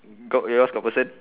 got yours got person